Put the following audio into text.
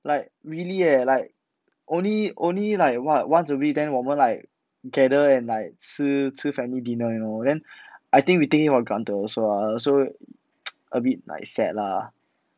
like really leh like only only like what once a week then 我们 like gather and like 吃吃 family dinner you know then I think we think it about gunter also lah also a bit like sad lah